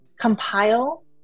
compile